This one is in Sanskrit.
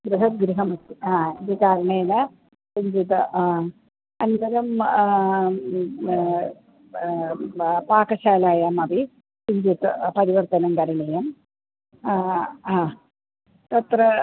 बृहद् गृहमस्ति हा इति कारणेन किञ्चित् अनन्तरं पाकशालायामपि किञ्चित् परिवर्तनं करणीयम् तत्र